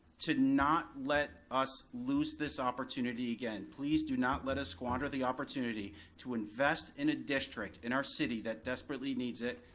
to not let us lose this opportunity again. please do not let us squander the opportunity to invest in a district in our city that desperately needs it.